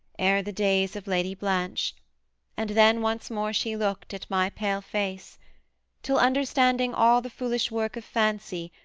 ere the days of lady blanche and then once more she looked at my pale face till understanding all the foolish work of fancy,